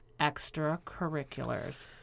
extracurriculars